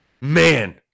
Man